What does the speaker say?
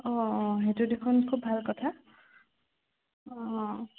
অঁ সেইটো দেখোন খুব ভাল কথা অঁ